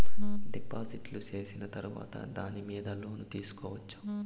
డిపాజిట్లు సేసిన తర్వాత దాని మీద లోను తీసుకోవచ్చా?